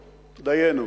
דיינו.